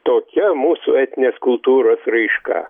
tokia mūsų etninės kultūros raiška